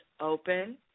open